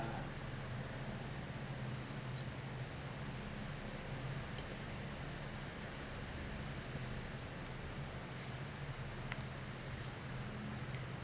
uh